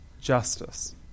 justice